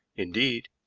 indeed,